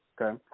Okay